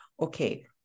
okay